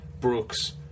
Brooks